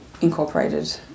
incorporated